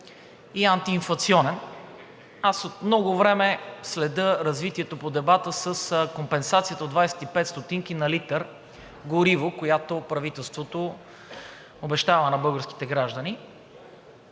и антиинфлационен. Аз от много време следя развитието по дебата с компенсацията от 25 стотинки на литър гориво, която правителството обещава на българските граждани.